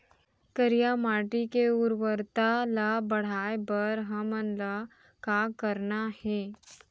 करिया माटी के उर्वरता ला बढ़ाए बर हमन ला का करना हे?